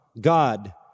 God